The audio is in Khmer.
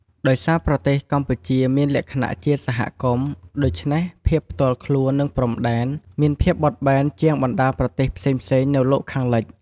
ដោយសារប្រទេសកម្ពុជាមានលក្ខណៈជាសហគមន៍ ដូច្នេះ ភាពផ្ទាល់ខ្លួន និង ព្រំដែន មានភាពបត់បែនជាងបណ្តាប្រទេសផ្សេងៗនៅលោកខាងលិច។